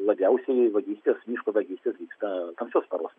labiausiai vagystės miško vagystės vyksta tamsios paros